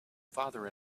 father